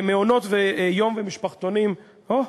מעונות-יום ומשפחתונים, או,